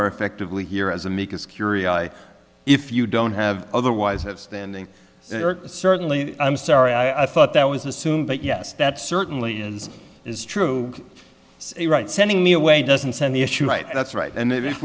are effectively here as amicus curiae i if you don't have otherwise have standing certainly i'm sorry i thought that was assumed but yes that certainly is true right sending me away doesn't send the issue right that's right and if